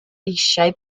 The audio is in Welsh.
eisiau